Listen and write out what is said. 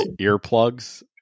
earplugs